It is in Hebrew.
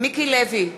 מיקי לוי,